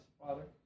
Father